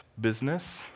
business